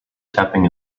tapping